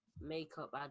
makeup